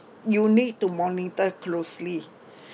you need to monitor closely